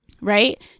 right